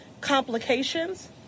complications